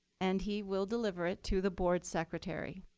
and he will deliver it to the board's secretary.